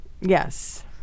Yes